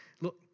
Look